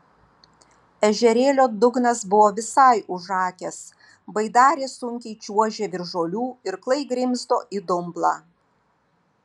ežerėlio dugnas buvo visai užakęs baidarė sunkiai čiuožė virš žolių irklai grimzdo į dumblą